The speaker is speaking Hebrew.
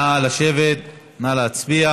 נא לשבת, נא להצביע